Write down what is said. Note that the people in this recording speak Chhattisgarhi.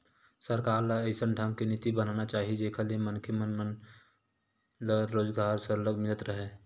सरकार ल अइसन ढंग के नीति बनाना चाही जेखर ले मनखे मन मन ल रोजगार सरलग मिलत राहय